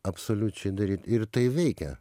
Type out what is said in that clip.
absoliučiai daryt ir tai veikia